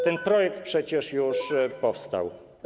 Ten projekt przecież już powstał.